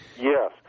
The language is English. Yes